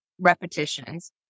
repetitions